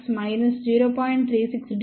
36 dB నుండి plus 0